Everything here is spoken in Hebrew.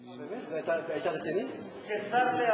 אה, באמת?